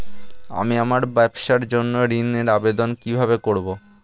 আমি আমার ব্যবসার জন্য ঋণ এর আবেদন কিভাবে করব?